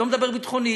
לא מדבר ביטחונית,